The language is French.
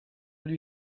lui